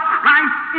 Christ